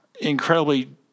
incredibly